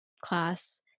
class